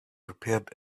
prepared